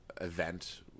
event